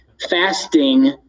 Fasting